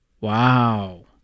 Wow